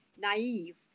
naive